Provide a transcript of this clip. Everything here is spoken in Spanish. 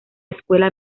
escuela